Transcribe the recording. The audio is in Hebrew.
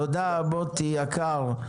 תודה מוטי יקר.